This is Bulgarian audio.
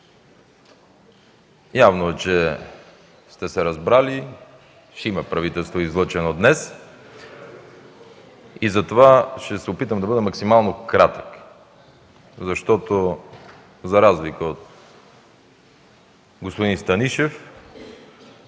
Явно е, че сте се разбрали и ще има правителство, излъчено днес. Затова ще се опитам да бъда максимално кратък, защото заедно с господин Станишев,